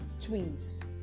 twins